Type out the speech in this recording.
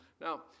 Now